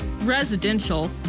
residential